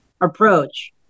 approach